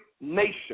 nation